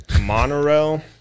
Monorail